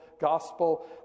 gospel